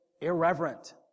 irreverent